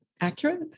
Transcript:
accurate